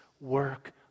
work